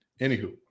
Anywho